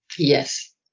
Yes